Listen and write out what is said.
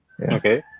okay